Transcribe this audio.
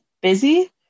busy